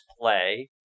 play